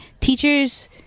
teachers